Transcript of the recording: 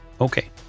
Okay